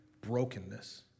brokenness